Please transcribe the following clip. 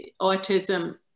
autism